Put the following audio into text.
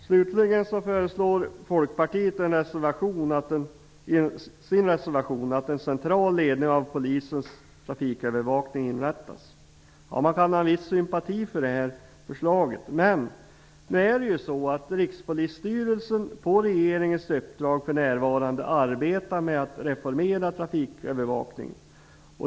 Slutligen föreslår Folkpartiet i sin reservation att en central ledning av Polisens trafikövervakning inrättas. Man kan ha en viss sympati för det förslaget. Men Rikspolisstyrelsen arbetar för närvarande på regeringens uppdrag med att reformera trafikövervakningen.